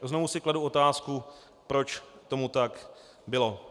Znovu si kladu otázku, proč tomu tak bylo.